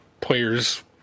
players